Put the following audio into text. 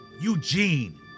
Eugene